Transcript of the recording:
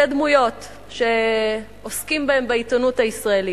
דמויות שעוסקים בהן בעיתונות הישראלית: